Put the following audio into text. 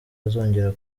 azongera